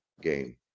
game